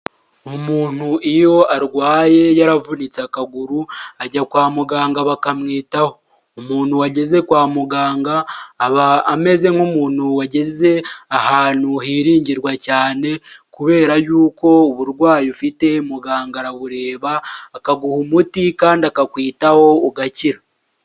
Umuntu iyo arwaye yaravunitse akaguru ajya kwa muganga bakamwitaho. Umuntu wageze kwa muganga aba ameze nk'umuntu wageze ahantu hiringirwa cyane, kubera yuko uburwayi ufite muganga arabureba akaguha umuti kandi akakwitaho ugakira.